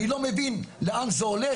אני לא מבין לאן זה הולך.